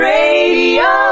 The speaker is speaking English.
Radio